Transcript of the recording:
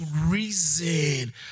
reason